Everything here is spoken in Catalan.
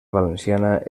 valenciana